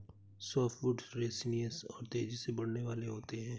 softwood resinous और तेजी से बढ़ने वाले होते हैं